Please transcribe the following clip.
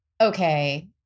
okay